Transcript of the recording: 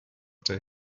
der